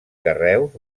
carreus